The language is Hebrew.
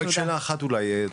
רק שאלה אחת אולי,